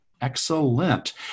excellent